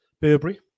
Burberry